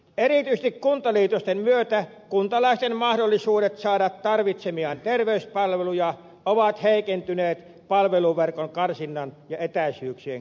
erityisesti kuntaliitosten myötä kuntalaisten mahdollisuudet saada tarvitsemiaan terveyspalveluja ovat heikentyneet palveluverkon karsinnan ja etäisyyksien kasvun takia